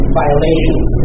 violations